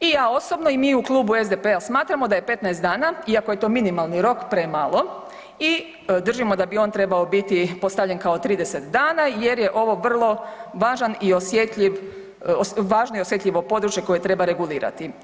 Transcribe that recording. I ja osobno i mi u klubu SDP-a smatramo da je 15 dana iako je to minimalni rok, premalo i držimo da bi on trebao biti postavljen kao 30 dana jer je ovo vrlo važno i osjetljivo područje koje treba regulirati.